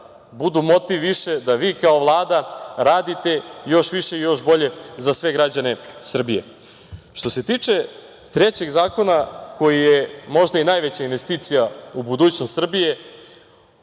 budu motiv više da vi kao Vlada radite još više i još bolje za sve građane Srbije. Što se tiče trećeg zakona, koji je možda i najveća investicija u budućnost Srbije,